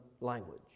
language